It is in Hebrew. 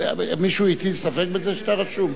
מישהו הטיל ספק בזה שאתה רשום?